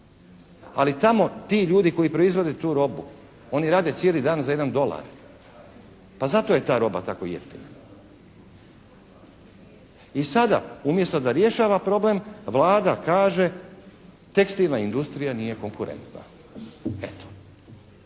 Ali tamo ti ljudi koji proizvode tu robu oni rade cijeli dan za jedan dolar. Pa zato je ta roba tako jeftina. I sada umjesto da rješava problem Vlada kaže tekstilna industrija nije konkurentna, eto.